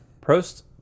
prost